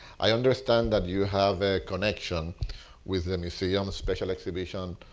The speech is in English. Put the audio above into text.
i understand that you have a connection with the museum, special exhibition,